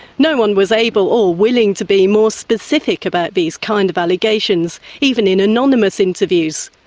no one was able or willing to be more specific about these kind of allegations, even in anonymous interviews.